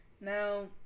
now